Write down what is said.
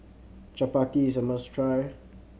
chapati is a must try